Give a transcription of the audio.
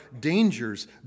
dangers